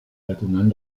detonant